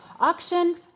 auction